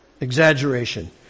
Exaggeration